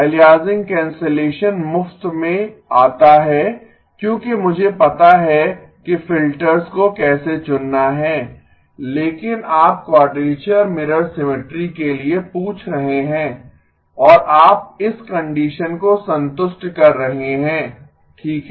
aliasing cancellation मुफ्त में आता है क्योंकि मुझे पता है कि फिल्टर्स को कैसे चुनना है लेकिन आप क्वाडरेचर मिरर सिमिट्री के लिए पूछ रहे हैं और आप इस कंडीशन को संतुष्ट कर रहे हैं ठीक है